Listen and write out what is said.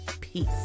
Peace